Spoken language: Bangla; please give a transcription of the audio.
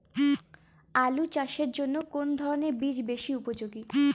আলু চাষের জন্য কোন ধরণের বীজ বেশি উপযোগী?